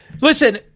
listen